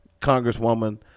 Congresswoman